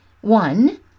one